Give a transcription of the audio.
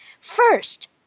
First